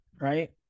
Right